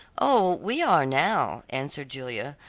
oh, we are now, answered julia,